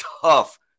tough